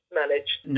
managed